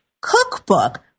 Cookbook